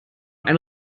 ein